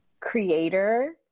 creator